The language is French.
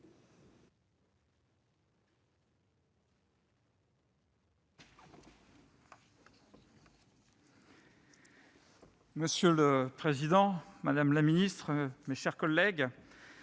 Monsieur le président, madame la ministre, mes chers collègues,